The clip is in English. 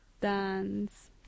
dance